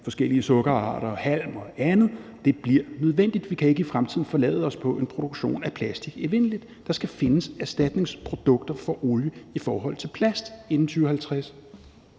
forskellige sukkerarter og halm og andet. Det bliver nødvendigt, for vi kan ikke i fremtiden forlade os på en evindelig produktion af plastik. Der skal findes erstatningsprodukter for olie i forhold til plast inden 2050.